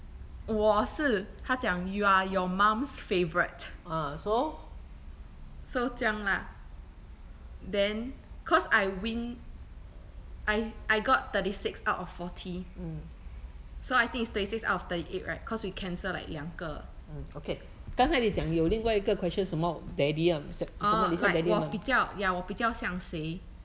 我是它讲 you are your mom's favourite so 这样啦 then cause I win I I got thirty six out of forty so I think is thirty six out of thirty eight right cause we cancel like 两个 orh like 我比较 ya 我比较像谁